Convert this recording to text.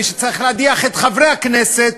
מי שצריך להדיח את חברי הכנסת,